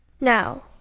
Now